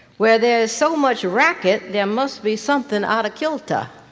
where there is so much racket, there must be something out of kilter.